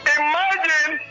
imagine